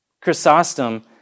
Chrysostom